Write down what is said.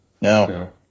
No